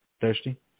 Thirsty